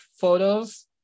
photos